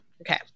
Okay